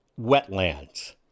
Wetlands